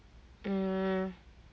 um